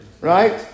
right